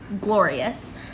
Glorious